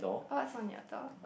what's from your door